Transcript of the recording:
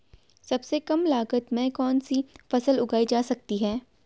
सबसे कम लागत में कौन सी फसल उगाई जा सकती है